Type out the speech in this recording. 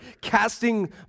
casting